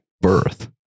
birth